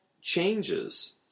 changes